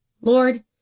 Lord